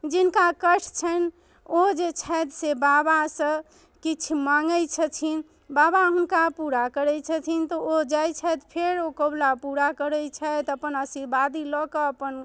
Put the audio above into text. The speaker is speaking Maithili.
जिनका कष्ट छनि ओ जे छथि से बाबासँ किछु माँगै छथिन बाबा हुनका पूरा करै छथिन तऽ ओ जाए छथि फेर ओ कौबला पूरा करै छथि अपन आशीर्वादी लऽ कऽ अपन